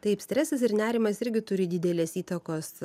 taip stresas ir nerimas irgi turi didelės įtakos